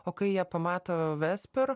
o kai jie pamato vesper